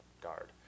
Guard